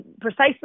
precisely